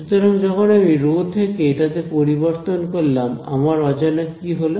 সুতরাং যখন আমি রো থেকে এটাতে পরিবর্তন করলাম আমার অজানা কি হলো